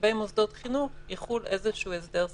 לגבי מוסדות חינוך יחול איזשהו הסדר ספציפי.